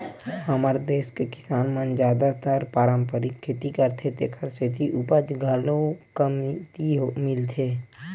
हमर देस के किसान मन जादातर पारंपरिक खेती करथे तेखर सेती उपज घलो कमती मिलथे